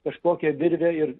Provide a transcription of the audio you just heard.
kažkokia virvė ir